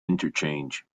interchange